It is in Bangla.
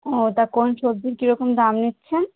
ও তা কোন সবজির কীরকম দাম নিচ্ছেন